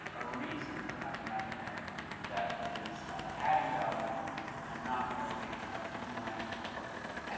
a reason for having that in there that is adding value and not merely enjoying the lovely dogs.